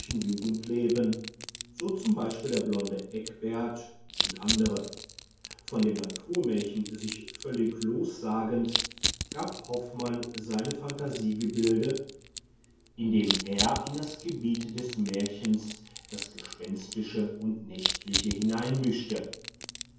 jugend leben so z b der blonde eckbert u a von dem naturmärchen sich völlig lossagend gab hoffmann seine phantasiegebilde indem er in das gebiet des märchens das gespenstische und nächtliche